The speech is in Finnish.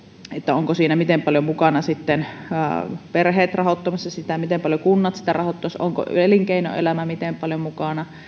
ovatko siinä miten paljon mukana perheet rahoittamassa sitä miten paljon kunnat sitä rahoittaisivat onko elinkeinoelämä miten paljon mukana